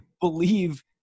believe